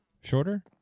Shorter